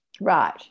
Right